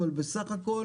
אבל בסך הכול,